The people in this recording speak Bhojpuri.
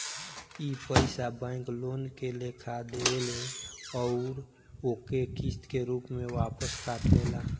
ई पइसा बैंक लोन के लेखा देवेल अउर ओके किस्त के रूप में वापस काट लेला